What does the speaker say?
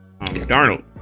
Darnold